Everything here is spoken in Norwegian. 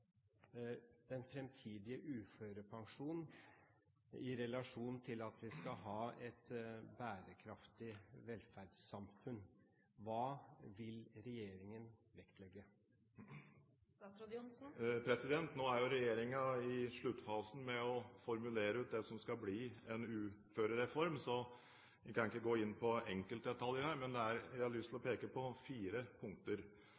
den fremtidige uførepensjon i relasjon til at vi skal ha et bærekraftig velferdssamfunn. Hva vil regjeringen vektlegge? Nå er jo regjeringen i sluttfasen med å formulere ut det som skal bli en uførereform, så jeg kan ikke gå inn på enkeltdetaljene. Men jeg har lyst til å peke på fire punkter: